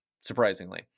surprisingly